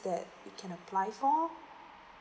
that you can apply for